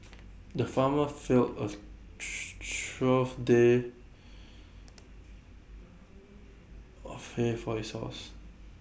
the farmer filled A tro trough full day of hay for his horse